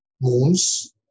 moons